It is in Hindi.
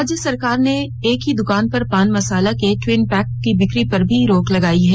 राज्य सरकार ने एक ही दुकान पर पान मसाला की ट्वीन पैक की बिक्री पर भी रोक लगाई है